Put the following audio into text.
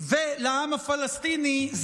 ולעם הפלסטיני,